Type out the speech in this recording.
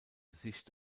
sicht